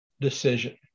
decision